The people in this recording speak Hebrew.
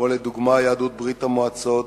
לדוגמה, יהדות ברית-המועצות,